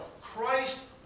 Christ